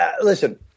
listen